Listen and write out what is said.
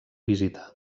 visitar